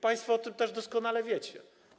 Państwo o tym też doskonale wiecie.